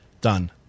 done